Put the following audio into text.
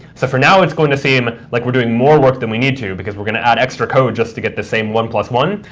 so for now, it's going to seem like we're doing more work than we need to because we're going to add extra code just to get the same one plus one.